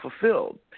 fulfilled